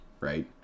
right